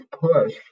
push